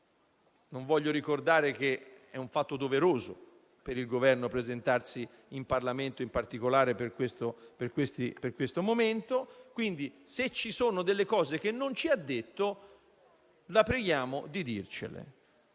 non voglio ricordare che è un fatto doveroso per il Governo presentarsi in Parlamento, in particolare in questo momento - se ci sono delle cose che non ci ha detto, signor Presidente